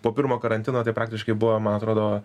po pirmo karantino tai praktiškai buvo man atrodo